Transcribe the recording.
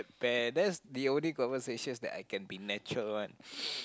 Pat that's the only conversations that I can be natural one